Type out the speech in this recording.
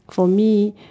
for me